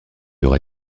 aura